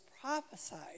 prophesied